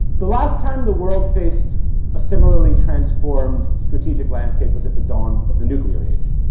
the last time the world faced a similarly transformed strategic landscape was at the dawn of the nuclear age,